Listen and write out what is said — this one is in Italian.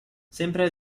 sempre